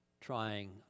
trying